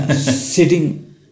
sitting